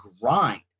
grind